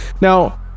now